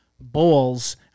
balls